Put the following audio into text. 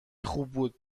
خوب